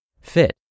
fit